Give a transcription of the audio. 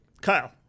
Kyle